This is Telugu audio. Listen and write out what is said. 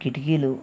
కిటికీలు